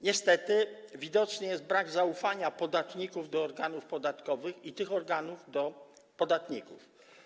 Niestety widoczny jest brak zaufania podatników do organów podatkowych i tych organów do podatników.